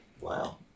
Wow